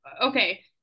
okay